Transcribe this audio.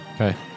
Okay